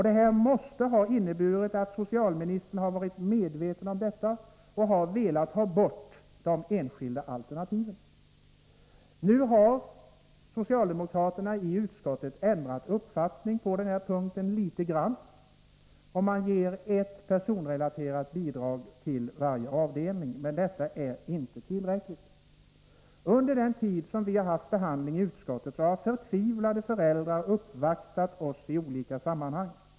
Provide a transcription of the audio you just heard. Det här måste innebära att socialministern har varit medveten om detta och velat ha bort de enskilda alternativen. Nu har socialdemokraterna i utskottet ändrat uppfattning på den punkten litet grand. Man ger ett personrelaterat bidrag till varje avdelning, men det är inte tillräckligt. Under den tid som vi behandlat ärendet i utskottet har förtvivlade föräldrar uppvaktat oss i olika sammanhang.